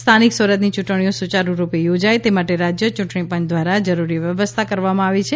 સ્થાનિક સ્વરાજની યૂંટણીઓ સુચારૂરૂપે યોજાય તે માટે રાજ્ય ચૂંટણી પંચ દ્વારા જરૂરી વ્યવસ્થા કરવામાં આવી છે